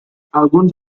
alguns